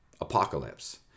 apocalypse